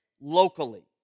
locally